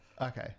okay